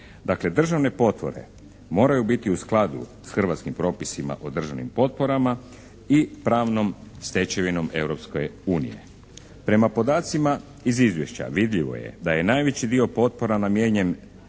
državne potpore moraju biti u skladu s hrvatskim propisima o državnim potporama i pravnom stečevinom Europske unije. Prema podacima iz izvješća vidljivo je da je najveći dio potpora namijenjen